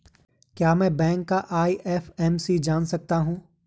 क्या मैं बैंक का आई.एफ.एम.सी जान सकता हूँ?